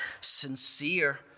sincere